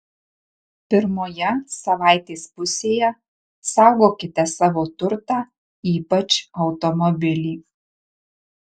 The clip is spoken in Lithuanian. pirmoje savaitės pusėje saugokite savo turtą ypač automobilį